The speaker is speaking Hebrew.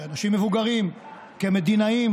כאנשים מבוגרים, כמדינאים,